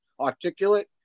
articulate